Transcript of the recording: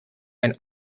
ein